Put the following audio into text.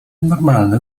normalny